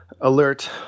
alert